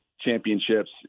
championships